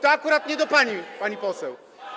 To akurat nie do pani, pani poseł.